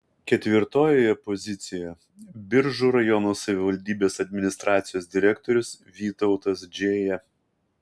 ketvirtojoje pozicijoje biržų rajono savivaldybės administracijos direktorius vytautas džėja